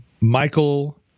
Michael